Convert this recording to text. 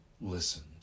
listened